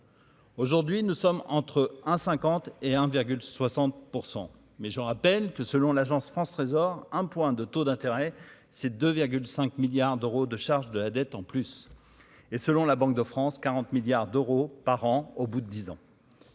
Aujourd'hui, nous sommes entre 1 50 et 1 virgule 60 % mais je rappelle que, selon l'Agence France Trésor 1 point de taux d'intérêt, c'est de 5 milliards d'euros de charges de la dette en plus et, selon la Banque de France, 40 milliards d'euros par an au bout de 10 ans.